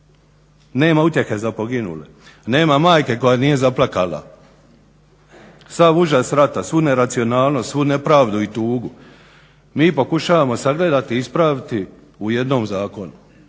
Nema utjehe za poginule, nema majke koja nije zaplakala, sav užas rata, svu neracionalnost, svu nepravdu i tugu mi pokušavamo sagledati, ispraviti u jednom zakonu